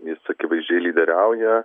jis akivaizdžiai lyderiauja